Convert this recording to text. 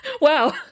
Wow